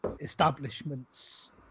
establishment's